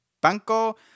Banco